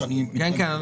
שאני מתנגד לו